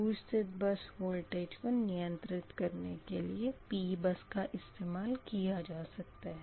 दूर स्थित bus voltage को नियंत्रित करने के लिए P बस का इस्तेमाल किया जा सकता है